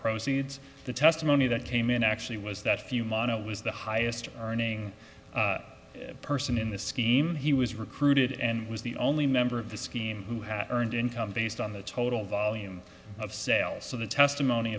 proceeds the testimony that came in actually was that few mana was the highest earning person in the scheme he was recruited and was the only member of the scheme who had earned income based on the total volume of sales so the testimony